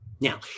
Now